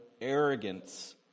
arrogance